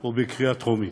או בקריאה טרומית.